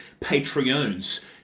Patreons